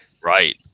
right